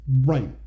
Right